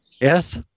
Yes